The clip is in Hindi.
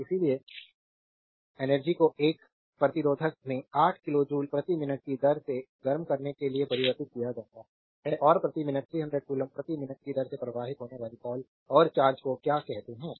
तो इलेक्ट्रिक एनर्जी को एक प्रतिरोधक में 8 किलो जूल प्रति मिनट की दर से गर्म करने के लिए परिवर्तित किया जाता है और प्रति मिनट 300 कूलम्ब प्रति मिनट की दर से प्रवाहित होने वाली कॉल और चार्ज को क्या कहते हैं